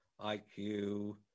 IQ